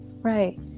Right